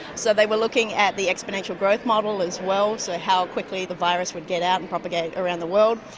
so they were looking at the exponential growth model as well, so how quickly the virus would get out and propagate around the world,